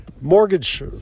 mortgage